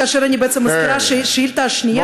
כאשר אני מזכירה שהשאילתה השנייה בעצם